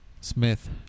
Smith